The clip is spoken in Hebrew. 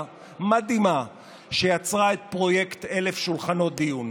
מדהימה שיצרה את פרויקט 1,000 שולחנות דיון.